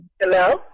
Hello